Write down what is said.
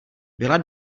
byla